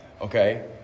Okay